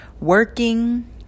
working